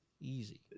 Easy